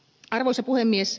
arvoisa puhemies